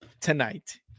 tonight